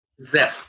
Zip